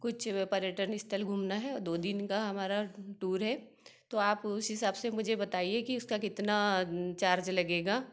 कुछ व पर्यटन स्थल घूमना है और दो दिन का हमारा टूर है तो आप उसी हिसाब से मुझे बताइए कि उसका कितना चार्ज लगेगा